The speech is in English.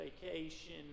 vacation